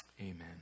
Amen